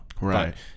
Right